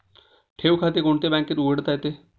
ठेव खाते कोणत्या बँकेत उघडता येते?